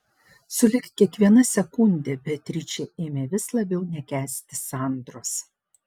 sulig kiekviena sekunde beatričė ėmė vis labiau nekęsti sandros